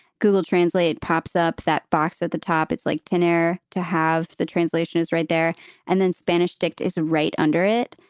google translate pops up that box at the top. it's like tinner to have the translation is right there and then spanish dect is right under it.